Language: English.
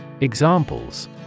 Examples